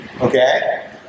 okay